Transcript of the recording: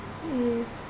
mm